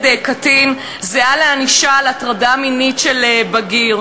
קטין זהה לענישה על הטרדה מינית של בגיר.